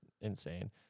insane